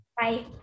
bye